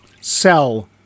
sell